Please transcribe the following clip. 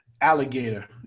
alligator